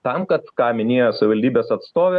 tam kad ką minėjo savivaldybės atstovė